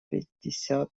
пятьдесят